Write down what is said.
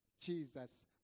Jesus